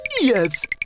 Yes